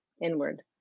inward